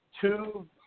Two